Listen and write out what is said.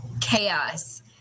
chaos